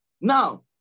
Now